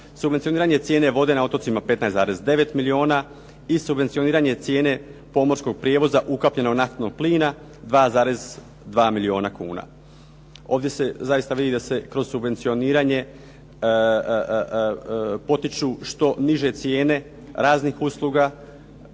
subvencioniranje cijene vode na otocima 15,9 milijuna i subvencioniranje cijene pomorskog prijevoza ukapljenog naftnog plina 2,2 milijuna kuna. Ovdje se zaista vidi da se kroz subvencioniranje potiču što niže cijene raznih usluga